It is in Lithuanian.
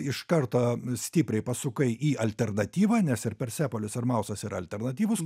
iš karto stipriai pasukai į alternatyvą nes ir persepolis ir mausas yra alternatyvūs